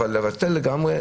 אבל לבטל לגמרי,